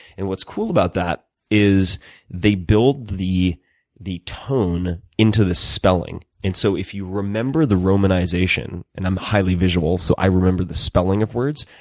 and what's cool about that is they build the the tone into the spelling. and so if you remember the romanization, and i'm highly visual so i remember the spelling of words,